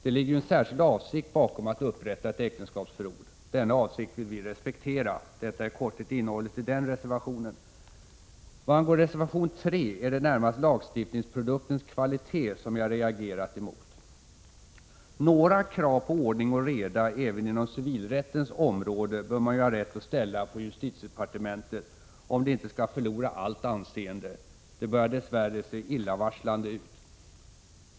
Det ligger ju en särskild avsikt bakom att upprätta ett äktenskapsförord. Denna avsikt vill vi respektera. Detta är i korthet innehållet i den reservationen. I reservation 3 är det närmast lagstiftningsproduktens kvalitet som jag har reagerat emot. Några krav på ordning och reda även inom civilrättens område bör man ha rätt att ställa på justitiedepartementet, om det inte skall förlora allt anseende. Det börjar dess värre se illavarslande ut.